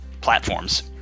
platforms